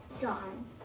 John